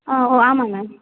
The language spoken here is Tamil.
ஆ ஓ ஆமாம் மேம்